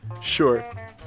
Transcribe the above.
Sure